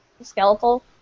skeletal